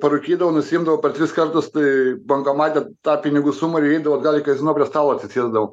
parūkydavau nusiimdavau po tris kartus tai bankomate tą pinigų sumą ir įeidavau atgal į kazino prie stalo atsisėsdavau